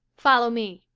follow me.